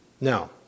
Now